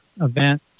event